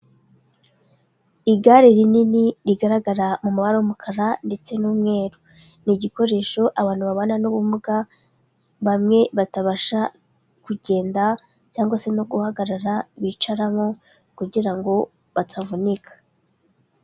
Igare rinini rigaragara mu mabara y'umukara ndetse n'umweru. Ni igikoresho abantu babana n'ubumuga bamwe batabasha kugenda cyangwa se no guhagarara bicaramo kugira ngo batavunika.